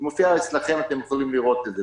זה מופיע אצלכם, אתם יכולים לראות את זה.